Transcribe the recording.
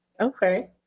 Okay